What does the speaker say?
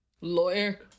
lawyer